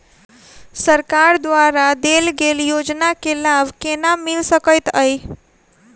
सरकार द्वारा देल गेल योजना केँ लाभ केना मिल सकेंत अई?